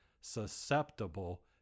susceptible